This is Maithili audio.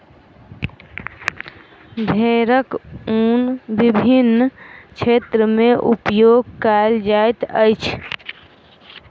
भेड़क ऊन विभिन्न क्षेत्र में उपयोग कयल जाइत अछि